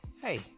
hey